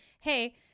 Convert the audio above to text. Hey